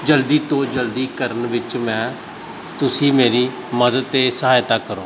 ਜਲਦੀ ਤੋਂ ਜਲਦੀ ਕਰਨ ਵਿੱਚ ਮੈਂ ਤੁਸੀਂ ਮੇਰੀ ਮਦਦ ਅਤੇ ਸਹਾਇਤਾ ਕਰੋ